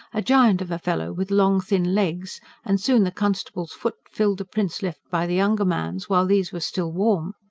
a giant of a fellow with long thin legs and soon the constable's foot filled the prints left by the young man's, while these were still warm.